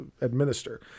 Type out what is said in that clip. administer